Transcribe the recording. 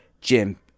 Jim